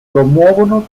promuovono